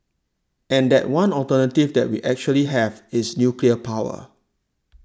and that one alternative that we actually have is nuclear power